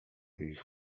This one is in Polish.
ich